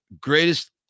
greatest